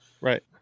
Right